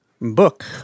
book